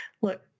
look